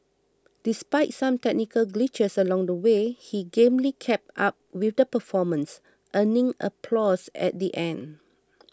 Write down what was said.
despite some technical glitches along the way he gamely kept up with the performance earning applause at the end